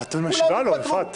אבל את משיבה לו, יפעת.